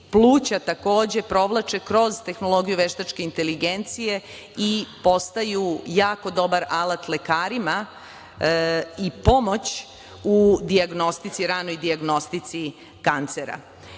pluća, takođe, provlače kroz tehnologiju veštačke inteligencije i postaju jako dobar alat lekarima i pomoć u ranoj dijagnostici kancera. Ovo